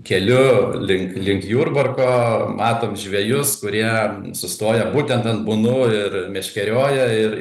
keliu link link jurbarko matom žvejus kurie sustoję būtent ant bunų ir meškerioja ir